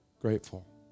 grateful